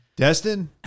Destin